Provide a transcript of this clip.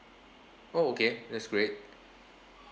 oh okay that's great